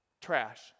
trash